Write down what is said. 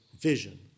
vision